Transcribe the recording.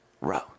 row